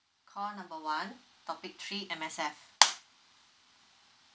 call number one topic three M_S_F